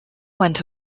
went